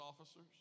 officers